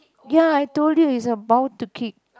ya I told you it's about to kick